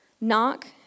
Knock